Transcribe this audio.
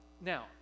now